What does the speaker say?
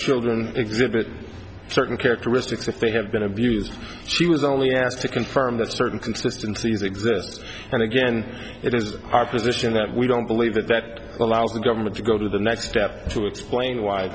children exhibit certain characteristics if they had been abused she was only asked to confirm that certain consistencies exist and again it is our position that we don't believe that that allows the government to go to the next step to explain why